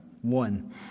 One